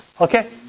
Okay